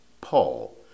Paul